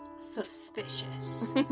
Suspicious